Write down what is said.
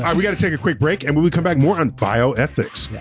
um we gotta take a quick break and when we come back, more on bioethics.